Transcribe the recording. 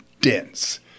dense